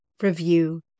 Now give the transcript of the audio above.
review